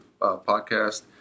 podcast